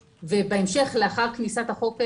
ובהמשך לאחר כניסת החוק לתוקף,